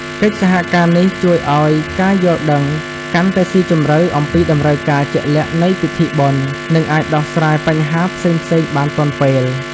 កិច្ចសហការនេះជួយឱ្យការយល់ដឹងកាន់តែស៊ីជម្រៅអំពីតម្រូវការជាក់លាក់នៃពិធីបុណ្យ និងអាចដោះស្រាយបញ្ហាផ្សេងៗបានទាន់ពេល។